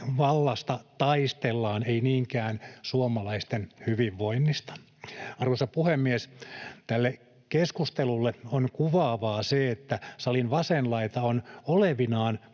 vallasta taistellaan, ei niinkään suomalaisten hyvinvoinnista. Arvoisa puhemies! Tälle keskustelulle on kuvaavaa se, että salin vasen laita on olevinaan